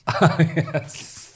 yes